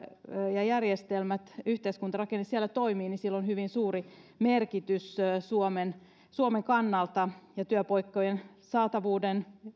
ja järjestelmät yhteiskuntarakenne siellä toimivat on hyvin suuri merkitys suomen suomen kannalta ja työpaikkojen saatavuuden